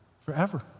forever